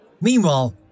Meanwhile